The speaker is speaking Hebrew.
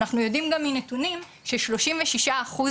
אנחנו יודעים גם מנתונים ששלושים ושישה אחוז